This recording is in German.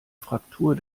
fraktur